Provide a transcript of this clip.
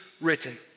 written